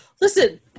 Listen